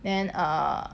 then err